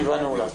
הישיבה נעולה.